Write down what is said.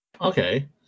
Okay